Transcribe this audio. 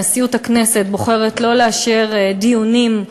נשיאות הכנסת בוחרת שלא לאשר דיונים,